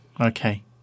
Okay